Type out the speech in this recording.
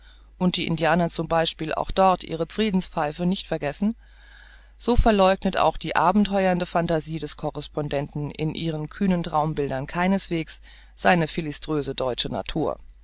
und die indianer z b auch dort ihre friedenspfeife nicht vergessen so verläugnet auch die abentheuernde phantasie des correspondenten in ihren kühnen traumbildern keineswegs seine philiströse deutsche natur